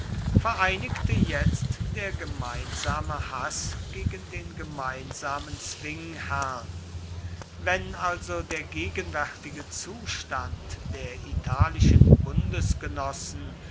vereinigte jetzt der gemeinsame haß gegen den gemeinsamen zwingherrn wenn also der gegenwärtige zustand der italischen